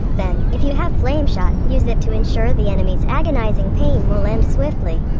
then, if you have flameshot, use it to ensure the enemy's agonizing pain will end swiftly.